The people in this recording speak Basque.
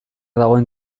dagoen